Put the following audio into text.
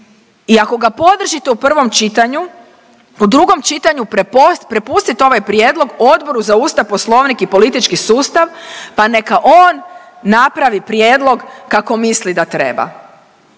i ako ga podržite u prvom čitanju, u drugom čitanju prepustiti ovaj prijedlog Odboru za Ustav, Poslovnik i politički sustav pa neka on napravi prijedlog kako misli da treba